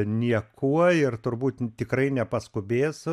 niekuo ir turbūt tikrai nepaskubės